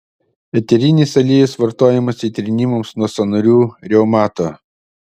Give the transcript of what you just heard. eterinis aliejus vartojamas įtrynimams nuo sąnarių reumato